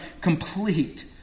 complete